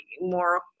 more